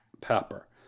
pepper